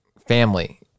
family